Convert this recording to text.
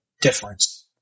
difference